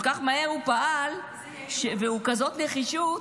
כל כך מהר הוא פעל ובכזאת נחישות,